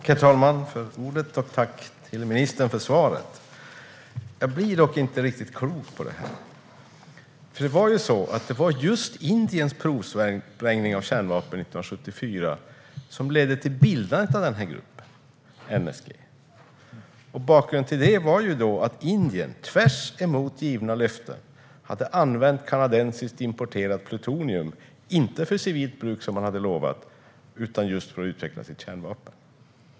Herr talman! Jag tackar ministern för svaret. Jag blir dock inte riktigt klok på detta. Det var nämligen just Indiens provsprängning av kärnvapen 1974 som ledde till bildandet av denna grupp, det vill säga NSG. Bakgrunden var att Indien, tvärtemot givna löften, hade använt kanadensiskt importerat plutonium inte för civilt bruk, som man hade lovat, utan för att utveckla kärnvapen.